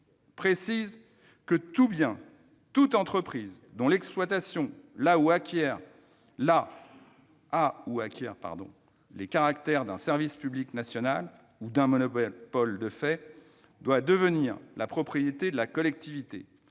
dispose :« Tout bien, toute entreprise, dont l'exploitation a ou acquiert les caractères d'un service public national ou d'un monopole de fait, doit devenir la propriété de la collectivité.